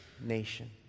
nation